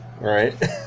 Right